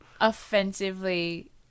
Offensively